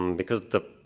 um because the